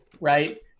right